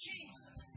Jesus